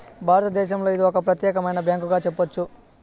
భారతదేశంలో ఇది ఒక ప్రత్యేకమైన బ్యాంకుగా చెప్పొచ్చు